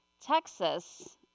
Texas